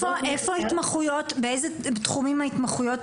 באיזה תחומים ההתמחויות?